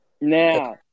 Now